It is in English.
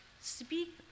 Speak